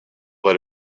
that